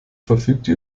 verfügte